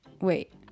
Wait